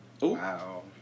Wow